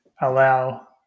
allow